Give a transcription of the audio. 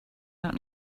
out